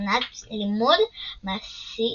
ומונעת לימוד מעשי